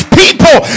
people